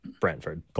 Brantford